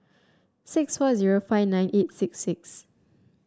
six four zero five nine eight six six